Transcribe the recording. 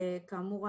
כאמור,